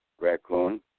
raccoon